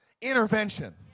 intervention